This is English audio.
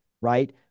Right